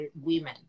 women